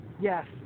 Yes